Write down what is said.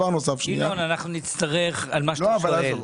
ינון אנחנו נצטרך על מה שאתה שואל,